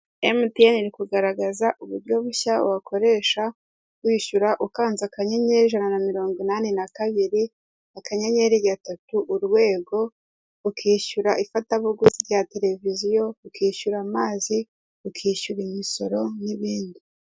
Emutiyeni iri kugaragaza uburyo bushya wakoresha wishyura ukanze akanyenyeri ijana na mirongo inani na kabiri, akanyenyeri gatatu urwego, ukishyura ifatabuguzi rya televiziyo, ukishyura amazi, ukishyura imisoro, n'ibindi...